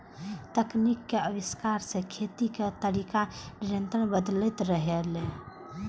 तकनीक के आविष्कार सं खेती के तरीका निरंतर बदलैत रहलैए